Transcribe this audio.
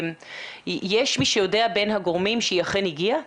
יש מי שיודע בין הגורמים שאכן היא הגיעה?